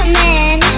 man